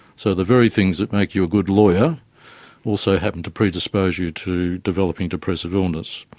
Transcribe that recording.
so the very things that make you a good lawyer also happened to predispose you to developing depressive illness.